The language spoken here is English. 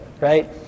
Right